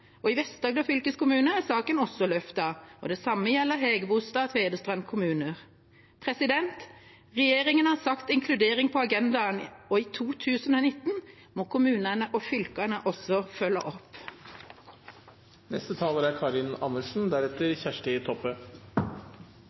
I Vest-Agder fylkeskommune er saken også løftet, og det samme gjelder Hægebostad og Tvedestrand kommuner. Regjeringa har satt inkludering på agendaen, og i 2019 må kommunene og fylkene også følge opp.